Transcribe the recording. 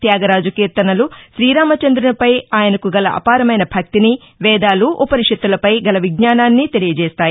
త్యాగరాజు కీర్తనలు శ్రీరామ చందునిపై ఆయనకు గల అపారమైన భక్తిని వేదాలు ఉపనిషత్తులపై గల విజ్ఞానాన్ని తెలియజేస్తాయి